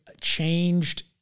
changed